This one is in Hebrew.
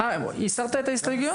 הסרת את ההסתייגויות?